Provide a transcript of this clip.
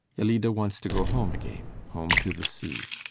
ellida wants to go home again home to the sea.